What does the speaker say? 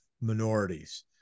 minorities